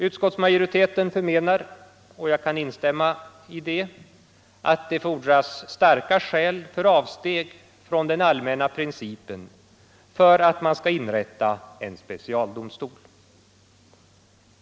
Utskottsmajoriteten förmenar — och jag kan instämma däri — att det fordras starka skäl för avsteg från den allmänna principen för att man skall inrätta en specialdomstol.